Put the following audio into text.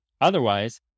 otherwise